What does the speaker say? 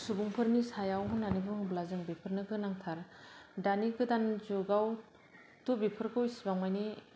सुबुंफोरनि सायाव होन्नानै बुङोब्ला जों बेफोरनो गोनांथार दानि गोदान जुगावथ' बेफोरखौ इसेबां माने